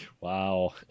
Wow